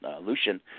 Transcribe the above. Lucian